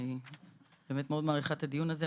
אני באמת מאוד מעריכה את הדיון הזה.